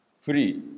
free